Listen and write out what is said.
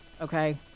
okay